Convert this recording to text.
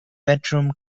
bedroom